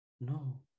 No